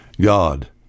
God